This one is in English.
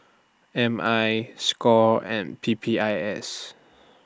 M I SCORE and P P I S